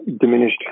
diminished